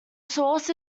source